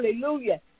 hallelujah